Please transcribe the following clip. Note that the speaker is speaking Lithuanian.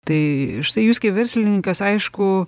tai štai jūs kai verslininkas aišku